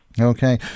Okay